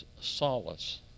solace